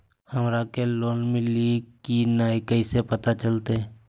हमरा के लोन मिल्ले की न कैसे पता चलते?